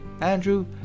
Andrew